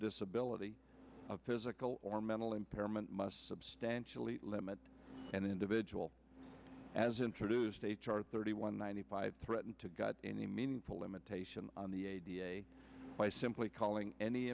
disability of physical or mental impairment must substantially limit an individual as introduced h r thirty one ninety five threaten to got any meaningful limitation on the by simply calling any